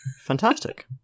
Fantastic